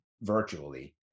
virtually